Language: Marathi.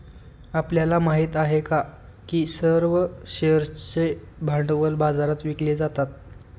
आपल्याला माहित आहे का की सर्व शेअर्सचे भांडवल बाजारात विकले जातात?